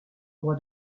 roi